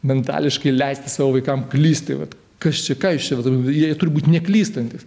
mentališkai leisti savo vaikam klysti vat kas čia ką jūs jie turi būt neklystantys